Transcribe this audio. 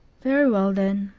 very well, then.